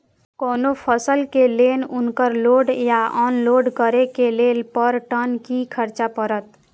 कोनो फसल के लेल उनकर लोड या अनलोड करे के लेल पर टन कि खर्च परत?